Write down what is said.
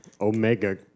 Omega